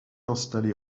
installé